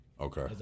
Okay